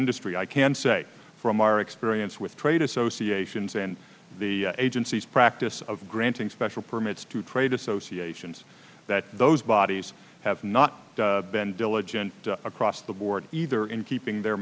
industry i can say from our experience with trade associations and the agencies practice of granting special permits to trade associations that those bodies have not been diligent across the board either in keeping their